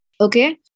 Okay